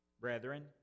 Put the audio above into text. brethren